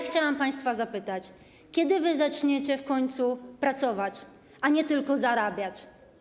Chciałam państwa zapytać: Kiedy wy zaczniecie w końcu pracować, a nie tylko zarabiać?